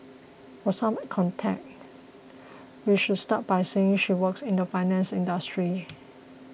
for some context we should start by saying she works in the finance industry